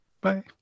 bye